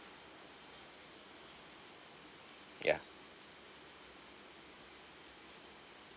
ya